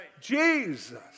Jesus